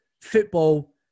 football